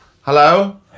Hello